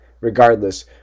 regardless